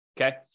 okay